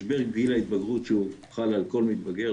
משבר גיל ההתבגרות שהוא חל על כל מתבגר,